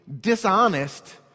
dishonest